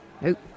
Nope